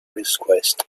request